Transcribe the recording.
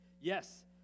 Yes